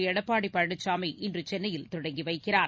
எடப்பாடி பழனிசாமி இன்று சென்னையில் தொடங்கி வைக்கிறார்